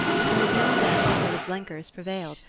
was in the dim depths where the blenkers prevailed,